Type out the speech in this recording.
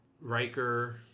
Riker